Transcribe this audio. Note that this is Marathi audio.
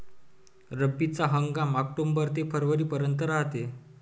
रब्बीचा हंगाम आक्टोबर ते फरवरीपर्यंत रायते